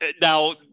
Now